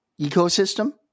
ecosystem